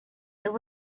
there